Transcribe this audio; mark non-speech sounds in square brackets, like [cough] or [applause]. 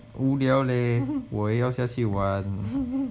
[laughs]